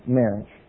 marriage